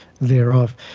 thereof